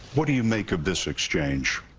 what do you make of this exchange?